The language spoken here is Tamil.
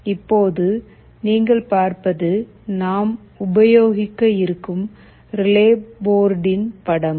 இப்போது நீங்கள் பார்ப்பது நாம் உபயோகிக்க இருக்கும் ரிலே போர்டின் படம்